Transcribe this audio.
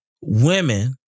women